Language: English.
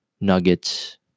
Nuggets